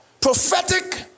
Prophetic